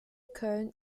köln